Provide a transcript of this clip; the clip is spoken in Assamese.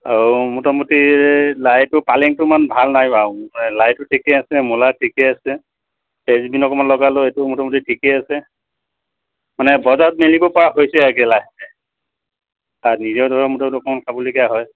অঁ মোটামুটি লাইটো পালেংটো ইমান ভাল নাই বাৰু মানে লাইটো ঠিকেই আছে মূলা ঠিকে আছে ফ্ৰেঞ্চবিন অকণমান লগালোঁ এইটো মোটামুটি ঠিকেই আছে মানে বজাৰত মেলিব পৰা হৈছে আৰু লাহেকৈ আৰু নিজৰ ধৰক মটৰটো অকণমান খাবলগীয়া হয়